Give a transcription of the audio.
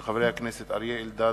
של חברי הכנסת אריה אלדד,